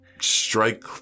strike